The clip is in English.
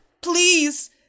Please